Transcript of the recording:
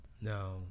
No